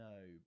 No